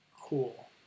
Cool